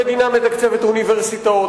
המדינה מתקצבת אוניברסיטאות,